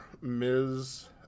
Ms